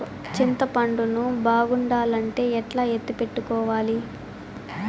చింతపండు ను బాగుండాలంటే ఎట్లా ఎత్తిపెట్టుకోవాలి?